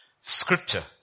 Scripture